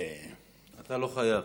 אתה לא חייב.